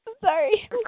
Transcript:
sorry